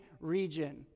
region